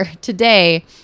today